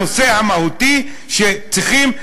הנושא המהותי שצריכים,